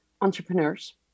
entrepreneurs